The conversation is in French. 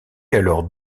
alors